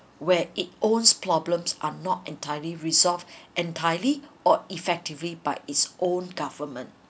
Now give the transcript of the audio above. where it owns problems are not entirely resolve entirely or effectively by its own government